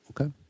Okay